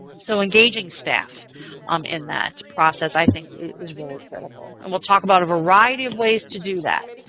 so engaging staff um in that process i think is really critical. and we'll talk about a variety of ways to do that.